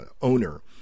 owner